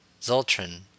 Zoltran